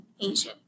Asia